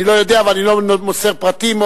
אני לא יודע ואני לא מוסר פרטים,